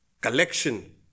collection